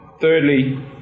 thirdly